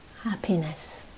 happiness